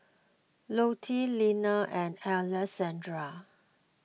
Lute Lenna and Alessandra